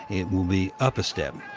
it will be up a step.